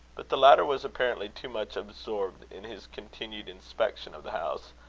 but the latter was apparently too much absorbed in his continued inspection of the house,